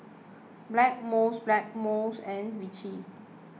Blackmores Blackmores and Vichy